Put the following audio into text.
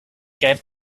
gave